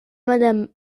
madame